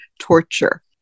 torture